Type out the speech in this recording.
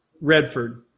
Redford